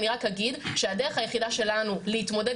אני רק אגיד שהדרך היחידה שלנו להתמודד